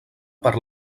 per